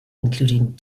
including